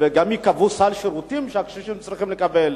ייקבע סל שירותים שהקשישים צריכים לקבל,